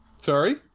Sorry